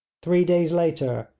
three days later,